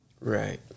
Right